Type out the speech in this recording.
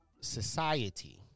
Society